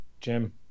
Jim